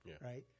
right